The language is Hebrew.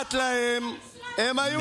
אכפת להם מהנרצחים.